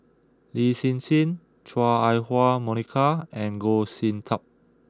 Lin Hsin Hsin Chua Ah Huwa Monica and Goh Sin Tub